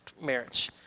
marriage